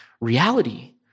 reality